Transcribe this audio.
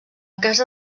casa